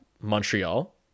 Montreal